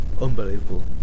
unbelievable